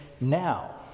Now